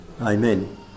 Amen